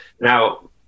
Now